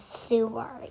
sewer